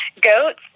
goats